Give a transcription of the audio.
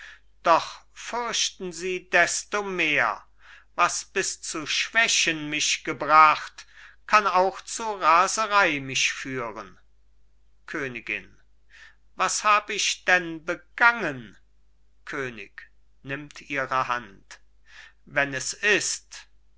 doch fürchten sie desto mehr was bis zu schwächen mich gebracht kann auch zu raserei mich führen königin was hab ich denn begangen könig nimmt ihre hand wenn es ist